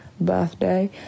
birthday